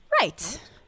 Right